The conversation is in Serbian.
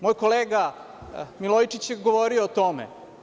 Moj kolega Milojičić je govorio o tome.